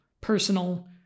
personal